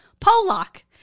Polak